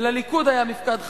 ולליכוד היה מפקד חברים,